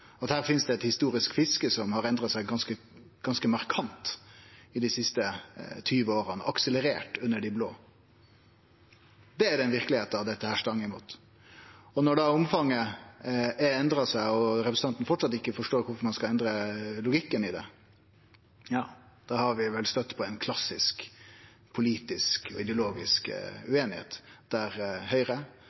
her finst eit historisk fiske som har endra seg ganske markant dei siste 20 åra, og har akselerert under dei blåe. Det er den verkelegheita dette stangar mot. Når omfanget har endra seg og representanten enno ikkje forstår kvifor ein skal endre logikken i det, har vi vel støytt på ein klassisk politisk og ideologisk ueinigheit, der Høgre